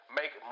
make